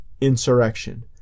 insurrection